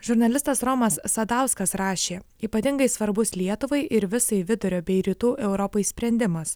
žurnalistas romas sadauskas rašė ypatingai svarbus lietuvai ir visai vidurio bei rytų europai sprendimas